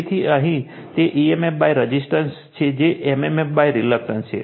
અહીં તે emfરજીસ્ટન્સ છે જે mmf રિલક્ટન્સ છે